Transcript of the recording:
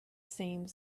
same